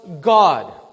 God